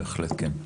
בהחלט כן.